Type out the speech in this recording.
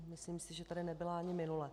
Myslím si, že tady nebyla ani minule.